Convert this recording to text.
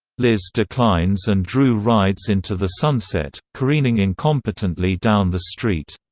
liz declines and drew rides into the sunset, careening incompetently down the street.